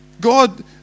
God